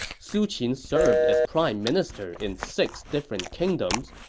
su qin served as prime minister in six different kingdoms,